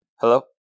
Hello